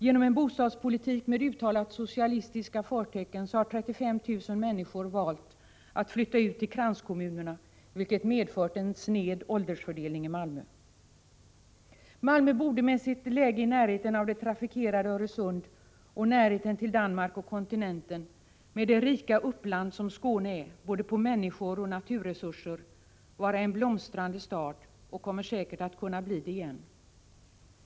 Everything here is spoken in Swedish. Genom en bostadspolitik med uttalat socialistiska förtecken har 35 000 människor valt att flytta ut till kranskommunerna, vilket medfört en sned åldersfördelning i Malmö. Malmö borde med sitt läge i närheten av det trafikerade Öresund och i närheten av Danmark och kontinenten, med det rika uppland som Skåne är, när det gäller både människor och naturresurser, vara en blomstrande stad och kommer säkert att kunna bli det igen.